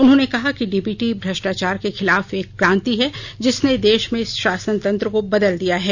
उन्होंने कहा कि डीबीटी भ्रष्टाचार के खिलाफ एक क्रांति है जिसने देश में शासन तंत्र को बदल दिया है